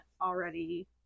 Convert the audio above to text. already